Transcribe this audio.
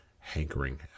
hankering